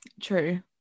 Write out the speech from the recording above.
True